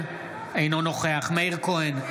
אינו נוכח מאיר כהן,